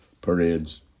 parades